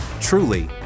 truly